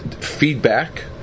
feedback